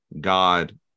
God